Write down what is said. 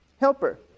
Helper